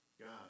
God